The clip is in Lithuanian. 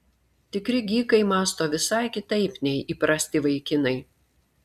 tikri gykai mąsto visai kitaip nei įprasti vaikinai